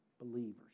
believers